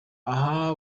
aha